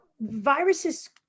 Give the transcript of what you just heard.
viruses